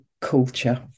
culture